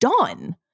done